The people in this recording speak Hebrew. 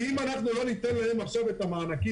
כי אם אנחנו לא ניתן להם עכשיו את המענקים,